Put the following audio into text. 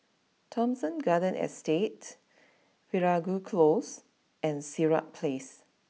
Thomson Garden Estate Veeragoo close and Sirat place